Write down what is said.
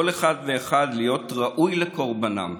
כל אחד ואחד, להיות ראוי לקורבנם.